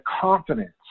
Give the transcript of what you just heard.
confidence